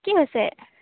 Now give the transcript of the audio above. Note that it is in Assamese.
কি হৈছে